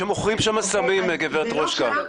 שמוכרים שם סמים גברת רושקה.